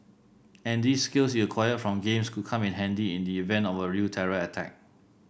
and these skills you acquired from games could come in handy in the event of a real terror attack